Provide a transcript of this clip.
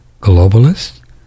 globalists